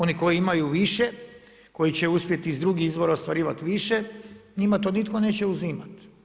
Oni koji imaju više, koji će uspjeti iz drugih izvora ostvarivati više, njima to nitko neće uzimati.